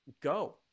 go